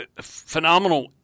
phenomenal